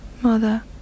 mother